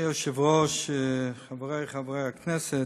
אדוני היושב-ראש, חברי חברי הכנסת,